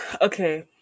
Okay